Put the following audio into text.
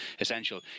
essential